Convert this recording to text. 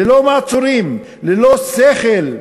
ללא מעצורים, ללא שכל,